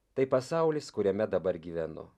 tai pasaulis kuriame dabar gyvenu